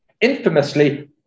infamously